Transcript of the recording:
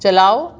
چلاؤ